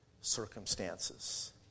circumstances